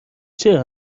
چرا